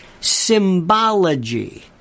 Symbology